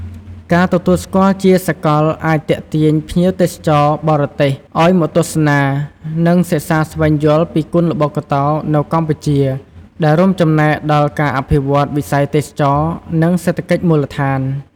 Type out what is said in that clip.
ការទទួលស្គាល់ជាសាកលអាចទាក់ទាញភ្ញៀវទេសចរបរទេសឱ្យមកទស្សនា និងសិក្សាស្វែងយល់ពីគុនល្បុក្កតោនៅកម្ពុជា ដែលរួមចំណែកដល់ការអភិវឌ្ឍន៍វិស័យទេសចរណ៍ និងសេដ្ឋកិច្ចមូលដ្ឋាន។